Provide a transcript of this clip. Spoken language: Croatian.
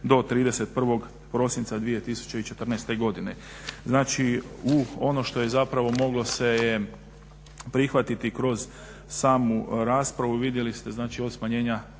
do 31. prosinca 2014. godine. Znači u ono što je zapravo moglo se je prihvatiti kroz samu raspravu, vidjeli ste, znači od smanjenja